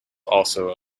also